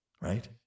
right